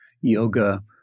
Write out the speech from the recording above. yoga